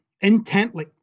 intently